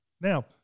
Now